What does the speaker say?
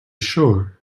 sure